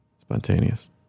Spontaneous